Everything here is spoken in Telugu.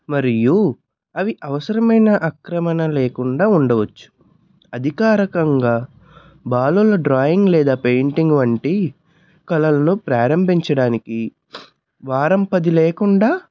మరియు అవి అవసరమైన అక్రమణ లేకుండా ఉండవచ్చు అధికారకంగా బాలల డ్రాయింగ్ లేదా పెయింటిం గ్ వంటి కళల్లు ప్రారంభించడానికి వారం పది లేకుండా